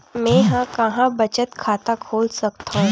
मेंहा कहां बचत खाता खोल सकथव?